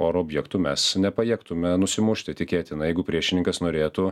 oro objektų mes nepajėgtume nusimušti tikėtina jeigu priešininkas norėtų